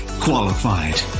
qualified